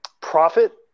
profit